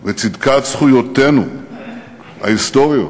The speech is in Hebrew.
וצדקת זכויותינו ההיסטוריות